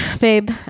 babe